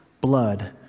blood